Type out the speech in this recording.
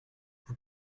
vous